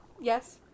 Yes